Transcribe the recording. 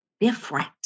different